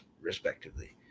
respectively